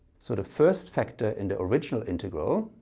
sort of first factor in the original integral